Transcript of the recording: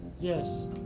Yes